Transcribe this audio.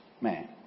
man